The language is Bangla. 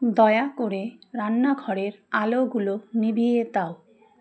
দয়া করে রান্নাঘরের আলোগুলো নিভিয়ে দাও